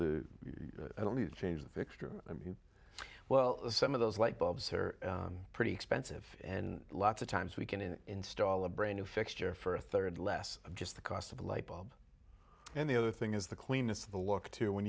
the i don't need to change the fixture i mean well some of those light bulbs are pretty expensive and lots of times we can in install a brain a fixture for a third less of just the cost of a light bulb and the other thing is the cleanest of the look to when